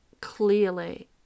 clearly